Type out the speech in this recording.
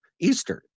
Eastern